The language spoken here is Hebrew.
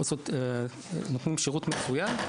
הם נותנים שירות מצוין,